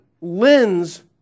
lens